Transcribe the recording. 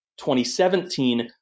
2017